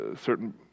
certain